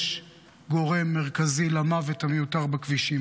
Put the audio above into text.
יש גורם מרכזי למוות המיותר בכבישים.